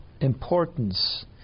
importance